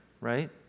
right